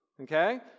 Okay